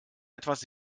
etwas